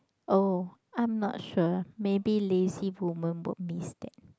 oh I'm not sure maybe lazy woman would miss that